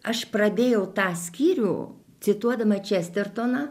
aš pradėjau tą skyrių cituodama čestertoną